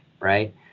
Right